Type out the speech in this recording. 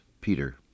Peter